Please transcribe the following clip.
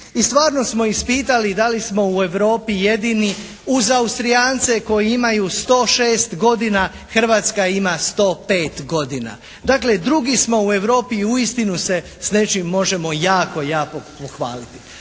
I stvarno smo ispitali da li smo u Europi jedini uz Austrijance koji imaju 106 godina. Hrvatska ima 105 godina. Dakle drugi smo u Europi i uistinu se s nečim možemo jako, jako pohvaliti.